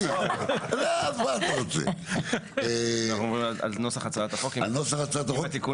אנחנו מדברים על נוסח הצעת החוק עם התיקון